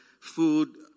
food